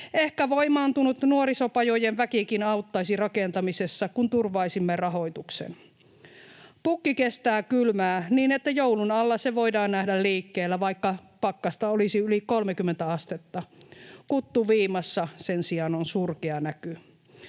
Ehkä voimaantunut nuorisopajojen väkikin auttaisi rakentamisessa, kun turvaisimme rahoituksen. Pukki kestää kylmää niin, että joulun alla se voidaan nähdä liikkeellä, vaikka pakkasta olisi yli 30 astetta. Kuttu viimassa sen sijaan on surkea näky.